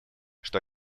что